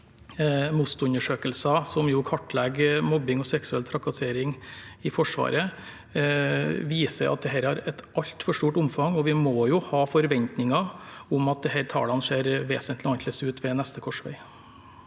MOST-undersøkelser, som kartlegger mobbing og seksuell trakassering i Forsvaret, at dette har et altfor stort omfang, og vi må ha forventninger om at disse tallene ser vesentlig annerledes ut ved neste korsvei.